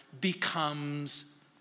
becomes